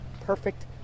perfect